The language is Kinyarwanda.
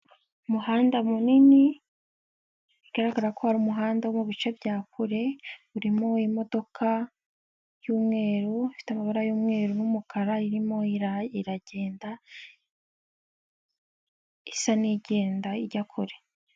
Umuhanda munini bigaragara ko ari umuhanda uva mu bice bya kure, urimo imodoka y'umweru ifite amabara y'umweru n'umukara irimora iragenda, isa n'igenda ijya kure.